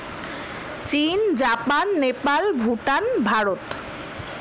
চীন জাপান নেপাল ভুটান ভারত